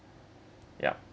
yeah